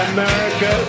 America